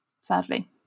sadly